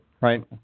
right